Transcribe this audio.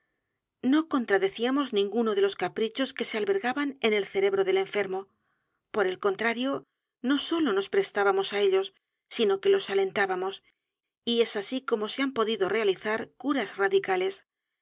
no contradecíamos ninguno de los caprichos que se albergaban en el cerebro del enfermo p o r el contrario no sólo nos prestábamos á ellos sino que los alentábamos y es así cómo se h a n podido realizar curas radicales